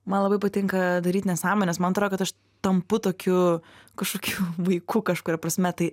man labai patinka daryt nesąmones man atrodo kad aš tampu tokiu kažkokiu vaiku kažkuria prasme tai